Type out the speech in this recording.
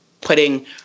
putting